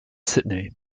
sydney